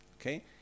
Okay